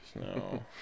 No